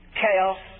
chaos